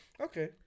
Okay